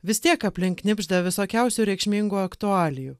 vis tiek aplink knibžda visokiausių reikšmingų aktualijų